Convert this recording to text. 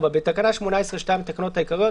בתקנה 18(2) לתקנות העיקריות,